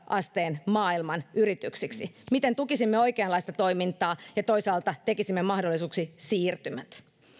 asteen maailman yrityksiksi miten tukisimme oikeanlaista toimintaa ja toisaalta tekisimme mahdollisiksi siirtymät